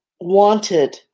wanted